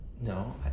No